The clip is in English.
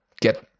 get